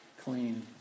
clean